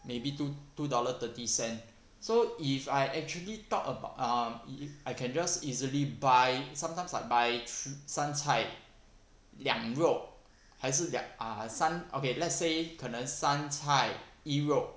maybe two two dollar thirty cent so if I actually talk abou~ um if I can just easily buy sometimes like buy thr~ 三菜两肉还是 uh 三 okay let's say 可能三菜一肉